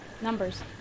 Numbers